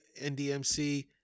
NDMC